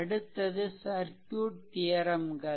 அடுத்தது சர்க்யூட் தியெரெம்கள்